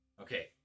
Okay